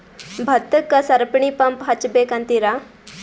ಭತ್ತಕ್ಕ ಸರಪಣಿ ಪಂಪ್ ಹಚ್ಚಬೇಕ್ ಅಂತಿರಾ?